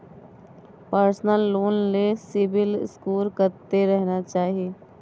Personal loan ले CIBIL score कत्ते रहना चाही?